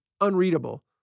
unreadable